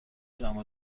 جمع